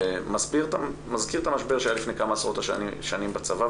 מזכיר את המשבר שהיה לפני כמה עשרות שנים בצבא,